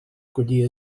collir